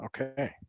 Okay